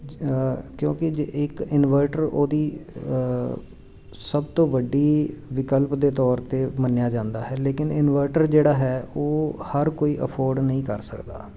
ਕਿਉਂਕਿ ਇੱਕ ਇਨਵਰਟਰ ਉਹਦੀ ਸਭ ਤੋਂ ਵੱਡੀ ਵਿਕਲਪ ਦੇ ਤੌਰ 'ਤੇ ਮੰਨਿਆ ਜਾਂਦਾ ਹੈ ਲੇਕਿਨ ਇਨਵਰਟਰ ਜਿਹੜਾ ਹੈ ਉਹ ਹਰ ਕੋਈ ਅਫੋਰਡ ਨਹੀਂ ਕਰ ਸਕਦਾ